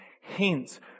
hence